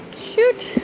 shoot